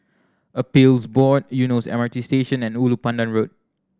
Appeals Board Eunos M R T Station and Ulu Pandan Road